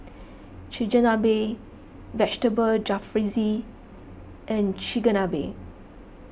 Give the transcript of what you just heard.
Chigenabe Vegetable Jalfrezi and Chigenabe